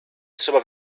trzeba